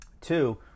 Two